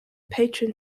patron